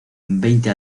veinte